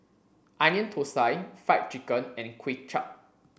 onion thosai fried chicken and Kuay Chap